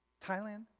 thailand?